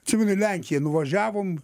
atsimenu į lenkiją nuvažiavom